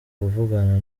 kuvugana